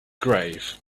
grave